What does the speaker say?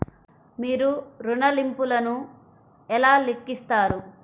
మీరు ఋణ ల్లింపులను ఎలా లెక్కిస్తారు?